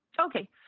Okay